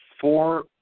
four